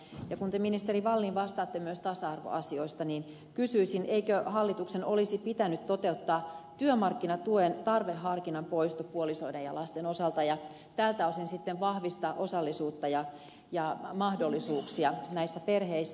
ja kun te ministeri wallin vastaatte myös tasa arvoasioista niin kysyisin eikö hallituksen olisi pitänyt toteuttaa työmarkkinatuen tarveharkinnan poisto puolisoiden ja lasten osalta ja tältä osin sitten vahvistaa osallisuutta ja mahdollisuuksia näissä perheissä